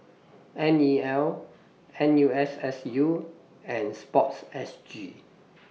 N E L N U S S U and Sport S G